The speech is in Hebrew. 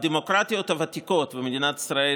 בדמוקרטיות הוותיקות ומדינת ישראל